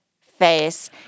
face